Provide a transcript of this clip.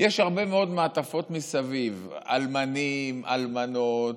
יש הרבה מאוד מעטפות מסביב: אלמנים, אלמנות,